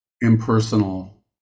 impersonal